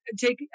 take